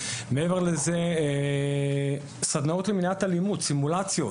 מעבר לזה, סדנאות למניעת אלימות, סימולציות,